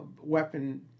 weapon